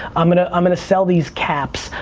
i'm gonna i'm gonna sell these caps,